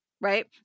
right